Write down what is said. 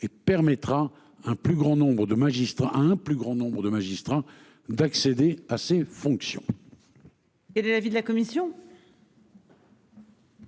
de magistrats un plus grand nombre de magistrats d'accéder à ces fonctions.